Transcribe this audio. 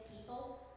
people